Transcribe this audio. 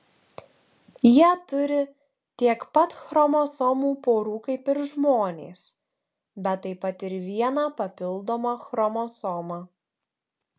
jie turi tiek pat chromosomų porų kaip ir žmonės bet taip pat ir vieną papildomą chromosomą